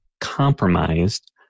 compromised